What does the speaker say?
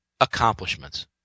accomplishments